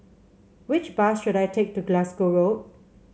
which bus should I take to Glasgow Road